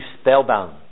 spellbound